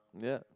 yeah